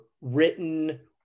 written